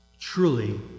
Truly